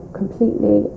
completely